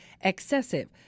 excessive